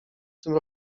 tym